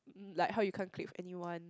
like how you can't click with anyone